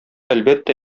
әлбәттә